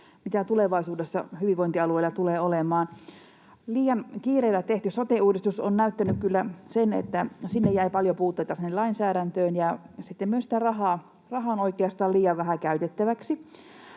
mitä tulevaisuudessa hyvinvointialueilla tulee olemaan. Liian kiireellä tehty sote-uudistus on näyttänyt kyllä sen, että sinne lainsäädäntöön jäi paljon puutteita ja myös rahaa on oikeastaan liian vähän käytettäväksi.